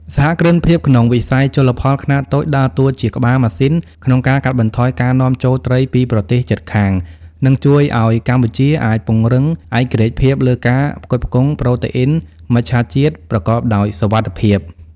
សហគ្រិនភាពក្នុងវិស័យជលផលខ្នាតតូចដើរតួជាក្បាលម៉ាស៊ីនក្នុងការកាត់បន្ថយការនាំចូលត្រីពីប្រទេសជិតខាង និងជួយឱ្យកម្ពុជាអាចពង្រឹងឯករាជ្យភាពលើការផ្គត់ផ្គង់ប្រូតេអ៊ីនមច្ឆជាតិប្រកបដោយសុវត្ថិភាព។